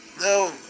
No